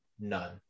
none